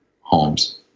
homes